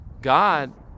God